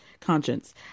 conscience